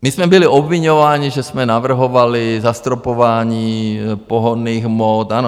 My jsme byli obviňováni, že jsme navrhovali zastropování pohonných hmot.